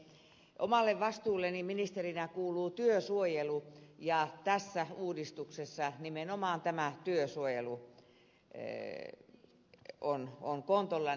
omalle vastuulleni ministerinä kuuluu työsuojelu ja tässä uudistuksessa nimenomaan tämä työsuojelu on kontollani